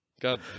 God